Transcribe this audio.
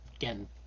Again